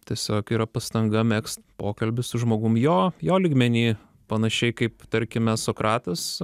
tiesiog yra pastanga megzt pokalbį su žmogum jo jo lygmeny panašiai kaip tarkime sokratas